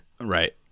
Right